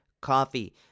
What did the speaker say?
Coffee